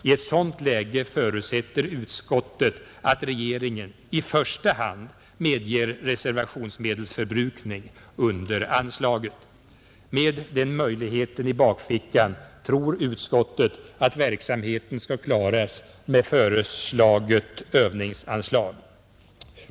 I ett sådant läge förutsätter utskottet att regeringen i första hand medger reservationsmedelsförbrukning under anslaget. Med den möjligheten i bakfickan tror utskottet att verksamheten skall klaras med föreslaget övningsanslag.